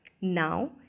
Now